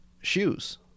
shoes